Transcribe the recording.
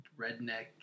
redneck